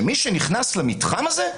שמי שנכנס למתחם הזה,